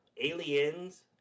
Aliens